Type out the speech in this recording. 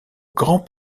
grand